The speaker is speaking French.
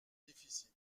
déficit